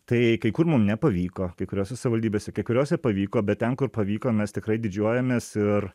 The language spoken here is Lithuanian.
tai kai kur mum nepavyko kai kuriose savaldybėse kai kuriose pavyko bet ten kur pavyko mes tikrai didžiuojamės ir